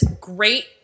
great